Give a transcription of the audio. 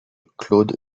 claude